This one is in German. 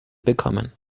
bekommen